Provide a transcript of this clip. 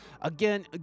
Again